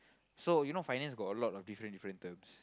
so you know finance got a lot of different different terms